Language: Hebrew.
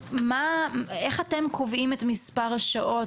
איך אתם קובעים את מספר השעות?